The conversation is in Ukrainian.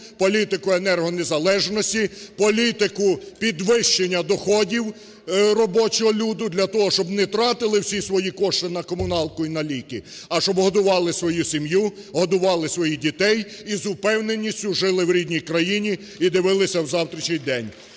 політику, політику енергонезалежності, політику підвищення доходів робочого люди для того, щоб не тратили всі свої кошти на комуналку і на ліки, а щоб годували свою сім'ю, годували своїх дітей і з упевненістю жили в рідній країні і дивилися в завтрашній день.